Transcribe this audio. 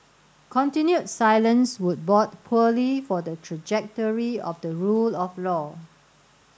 continued silence would bode poorly for the trajectory of the rule of law